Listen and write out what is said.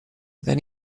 then